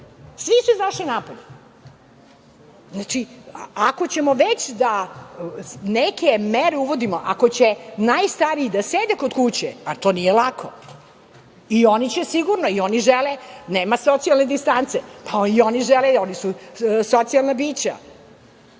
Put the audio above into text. svi su izašli napolje. Znači, ako ćemo već da neke mere uvodimo, ako će najstariji da sede kod kuće, a to nije lako i oni će sigurno i oni žele, nema socijalne distance, i oni žele i oni su socijalna bića,